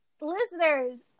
Listeners